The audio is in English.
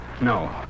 No